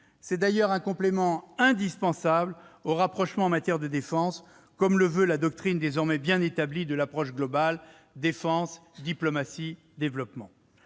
s'agit d'ailleurs d'un complément indispensable au rapprochement en matière de défense, comme le veut la doctrine désormais bien établie de l'approche globale- défense, diplomatie, développement.